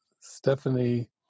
Stephanie